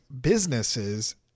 businesses